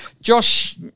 Josh